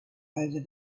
over